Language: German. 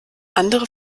andere